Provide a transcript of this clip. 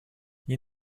you